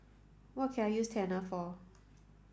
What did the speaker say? what can I use Tena for